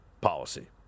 policy